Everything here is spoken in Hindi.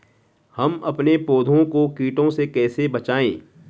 हम अपने पौधों को कीटों से कैसे बचाएं?